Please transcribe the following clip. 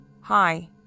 Hi